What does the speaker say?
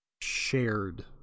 shared